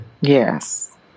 Yes